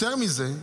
יותר מזה,